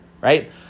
right